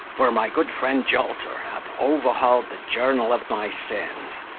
for my good friend jolter hath overhauled the journal of my sins,